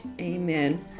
Amen